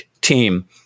team